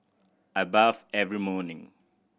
I bathe every morning